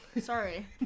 sorry